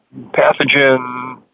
pathogen